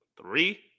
Three